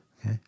Okay